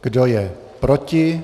Kdo je proti?